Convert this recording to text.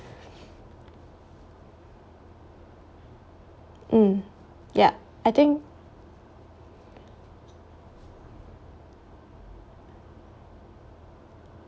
mm yup I think